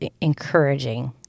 encouraging